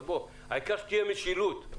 אבל העיקר שתהיה משילות.